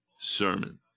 sermon